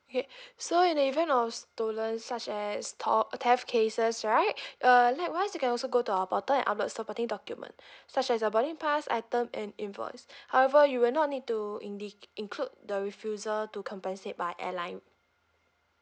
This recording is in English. K so in the event of stolen such as tho~ theft cases right uh likewise you can also go to our portal and upload supporting document such as your boarding pass item and invoice however you will not need to indic~ include the refusal to compensate by airline